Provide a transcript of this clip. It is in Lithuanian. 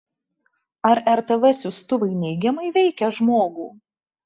ar rtv siųstuvai neigiamai veikia žmogų